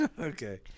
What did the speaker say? Okay